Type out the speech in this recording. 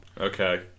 okay